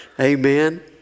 Amen